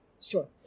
Sure